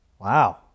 Wow